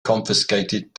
confiscated